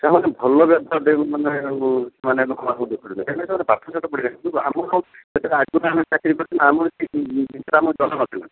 ସେମାନେ ଭଲ ବ୍ୟବହାର ଦେବେ ମାନେ ସେମାନେ ଏବେ ଦେଖନ୍ତୁ ପାଠସାଠ ପଢ଼ିଛନ୍ତି ଆମେ କ'ଣ ଆଗରୁ ଆମେ ଚାକିରୀ କରିଥିଲୁ ଆମକୁ କିଛି ଜଣା ନଥିଲା